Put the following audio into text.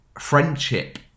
friendship